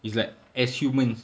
it's like as humans